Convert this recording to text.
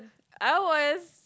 I was